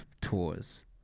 tours